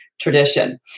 Tradition